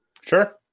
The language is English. Sure